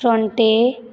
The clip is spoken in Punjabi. ਫਰੋਟੇਂ